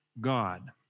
God